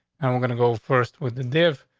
and we're gonna go first with the diff.